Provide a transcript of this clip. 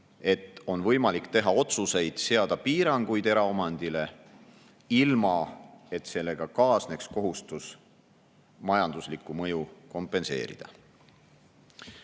et on võimalik teha otsuseid ja seada piiranguid eraomandile, ilma et sellega kaasneks kohustus majanduslikku mõju kompenseerida.